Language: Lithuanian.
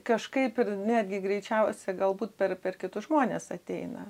kažkaip ir netgi greičiausia galbūt per kitus žmones ateina